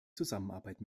zusammenarbeit